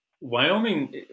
wyoming